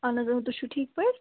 اَہَن حظ تۄہہِ چھُو ٹھیٖک پٲٹھۍ